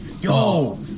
Yo